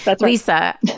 Lisa